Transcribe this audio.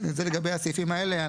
זה לגבי הסעיפים האלה.